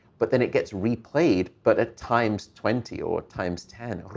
but then it gets replayed but at times twenty or times ten.